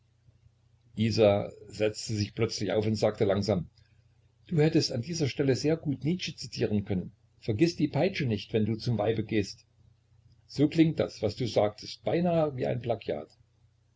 isa setzte sich plötzlich auf und sagte langsam du hättest an dieser stelle sehr gut nietzsche zitieren können vergiß die peitsche nicht wenn du zum weibe gehst sonst klingt das was du da sagtest beinahe wie ein